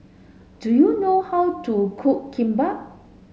do you know how to cook Kimbap